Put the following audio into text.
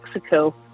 mexico